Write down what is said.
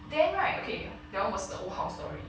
then right okay that one was the old house story